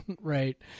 Right